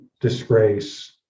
disgrace